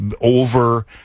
over